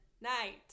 night